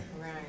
right